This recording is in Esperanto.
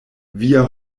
via